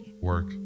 Work